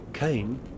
Cain